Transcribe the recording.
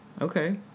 Okay